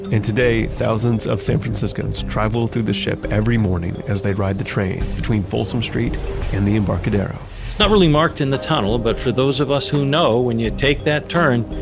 and today thousands of san franciscans travel through the ship every morning as they ride the train between folsom street and the embarcadero. it's not really marked in the tunnel. but for those of us who know when you take that turn,